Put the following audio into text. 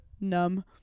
numb